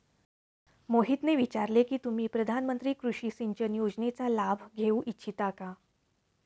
मोहितने विचारले की तुम्ही प्रधानमंत्री कृषि सिंचन योजनेचा लाभ घेऊ इच्छिता का?